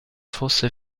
fosse